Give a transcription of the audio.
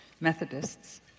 Methodists